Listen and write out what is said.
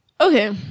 okay